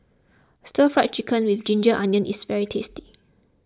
Stir Fry Chicken with Ginger Onions is very tasty